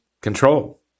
control